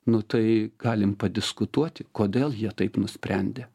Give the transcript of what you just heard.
nu tai galim padiskutuoti kodėl jie taip nusprendė